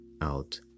out